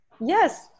Yes